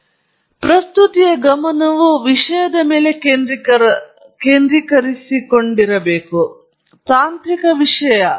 ಆದ್ದರಿಂದ ಆದರ್ಶಪ್ರಾಯವಾಗಿ ಹಲವಾರು ವಿಶೇಷ ಪರಿಣಾಮಗಳನ್ನು ತರುವಲ್ಲಿ ತಪ್ಪಿಸಲು ಒಳ್ಳೆಯದು ಕೆಲವು ವಿಶೇಷ ಪರಿಣಾಮಗಳು ನಿಮ್ಮ ಸ್ಲೈಡ್ಗೆ ಮೌಲ್ಯವನ್ನು ಸೇರಿಸಬಹುದು ಏಕೆಂದರೆ ನೀವು ಅಲ್ಲಿ ಸಿಕ್ಕಿದ ಆಸಕ್ತಿದಾಯಕ ಏನಾದರೂ ಹೈಲೈಟ್ ಮಾಡಬಹುದು